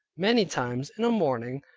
many times in a morning,